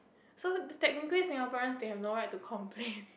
so technically Singaporeans they have no right to complain